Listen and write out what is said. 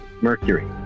Mercury